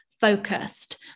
focused